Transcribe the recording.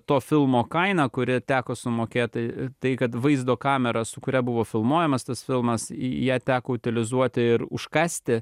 to filmo kaina kurią teko sumokėti tai kad vaizdo kamera su kuria buvo filmuojamas tas filmas ją teko utilizuoti ir užkasti